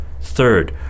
Third